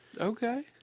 Okay